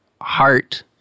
heart